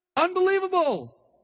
unbelievable